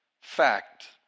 fact